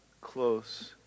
close